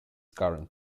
current